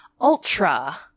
ultra